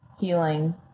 healing